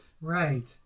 Right